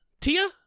tia